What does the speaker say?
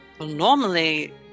normally